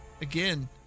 again